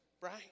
right